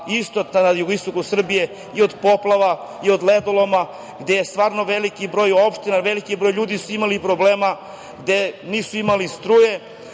isto na jugo-istoku Srbije i od poplava, i od ledoloma, gde je stvarno veliki broj opština, veliki broj ljudi su imali problema, gde nisu imali struje,